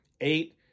eight